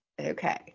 Okay